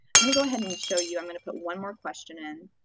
i'm gonna go ahead and show you. i'm going to put one more question in.